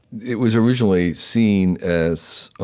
it was originally seen as